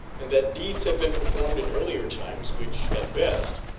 and that deeds have been performed in earlier times which, at best,